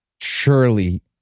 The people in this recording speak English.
Surely